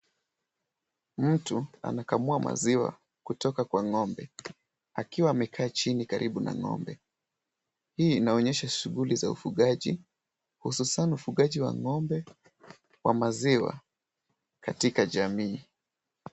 Mtu amekamua maziwa kutoka kwa ng'ombe akiwa amekaa chini karibu na ng'ombe. Hii inaonyesha shughuli za ufugaji, hususan ufugaji wa ng'ombe wa maziwa katika jamii.